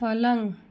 पलंग